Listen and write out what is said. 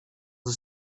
the